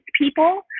people